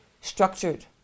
structured